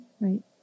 right